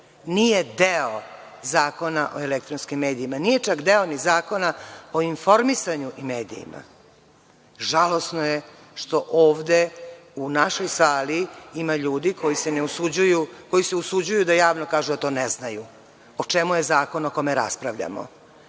nije deo Zakona o elektronskim medijima. Nije čak ni deo Zakona o informisanju i medijima. Žalosno je što ovde u našoj sali ima ljudi koji se usuđuju da javno kažu da to ne znaju. O čemu je zakon o kome raspravljamo?